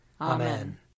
Amen